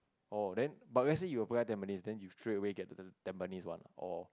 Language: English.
oh then but let say you apply the Tampines then you straight away get the Tampines one or